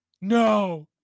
No